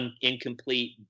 incomplete